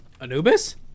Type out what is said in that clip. Anubis